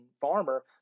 farmer